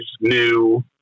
new